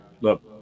Look